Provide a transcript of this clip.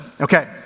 Okay